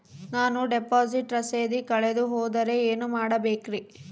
ನಾನು ಡಿಪಾಸಿಟ್ ರಸೇದಿ ಕಳೆದುಹೋದರೆ ಏನು ಮಾಡಬೇಕ್ರಿ?